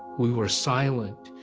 we were silent.